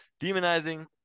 demonizing